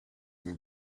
and